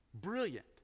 brilliant